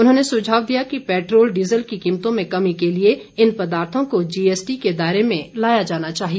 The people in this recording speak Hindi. उन्होंने सुझाव दिया कि पैट्रोल डीज़ल की कीमतों में कमी के लिए इन पदार्थों को जीएसटी के दायरे में लाया जाना चाहिए